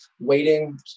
waiting